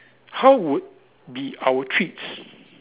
how would be our treats